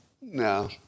no